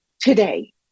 today